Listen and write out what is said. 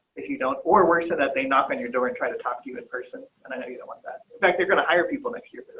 if you don't, or were so that they knock your door and try to talk to you in person and i know you don't want that back. they're going to hire people next year.